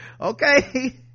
Okay